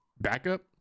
backup